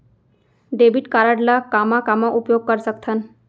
Debit card ला कामा कामा उपयोग कर सकथन?